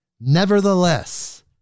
Nevertheless